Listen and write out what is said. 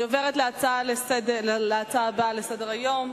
אני עוברת להצעות הבאות לסדר-היום: